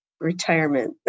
retirement